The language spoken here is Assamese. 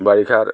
বাৰিষাত